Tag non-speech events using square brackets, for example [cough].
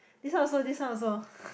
this one also this one also [laughs]